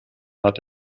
hat